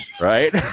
right